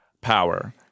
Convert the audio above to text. power